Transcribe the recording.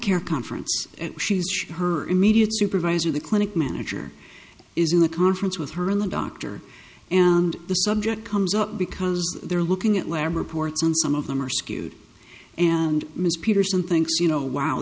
care conference and she's her immediate supervisor the clinic manager is in a conference with her in the doctor and the subject comes up because they're looking at lab reports and some of them are skewed and ms peterson thinks you know wow